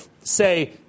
say